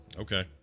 Okay